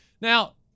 Now